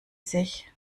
sich